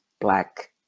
Black